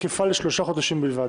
היא תקפה לשלושה חודשים בלבד.